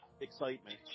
excitement